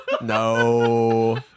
No